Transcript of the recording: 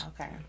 Okay